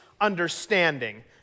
understanding